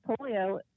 polio